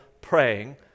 praying